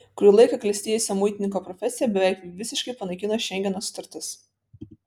kurį laiką klestėjusią muitininko profesiją beveik visiškai panaikino šengeno sutartis